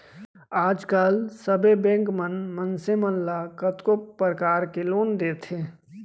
आज काल सबे बेंक मन मनसे मन ल कतको परकार के लोन देथे